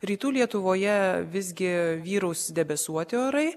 rytų lietuvoje visgi vyraus debesuoti orai